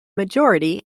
majority